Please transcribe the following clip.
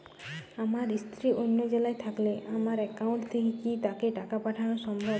আমার স্ত্রী অন্য জেলায় থাকলে আমার অ্যাকাউন্ট থেকে কি তাকে টাকা পাঠানো সম্ভব?